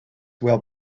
will